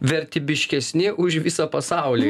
vertybiškesni už visą pasaulį